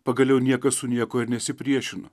pagaliau niekas su niekuo ir nesipriešino